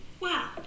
Wow